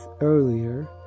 earlier